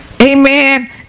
Amen